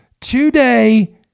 today